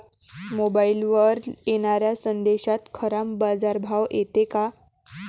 मोबाईलवर येनाऱ्या संदेशात खरा बाजारभाव येते का?